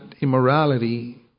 immorality